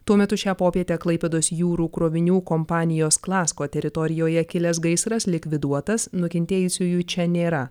tuo metu šią popietę klaipėdos jūrų krovinių kompanijos klasko teritorijoje kilęs gaisras likviduotas nukentėjusiųjų čia nėra